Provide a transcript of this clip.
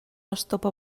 estopa